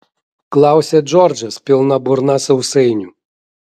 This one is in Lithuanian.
klausia džordžas pilna burna sausainių